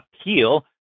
appeal